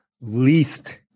least